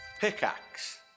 Pickaxe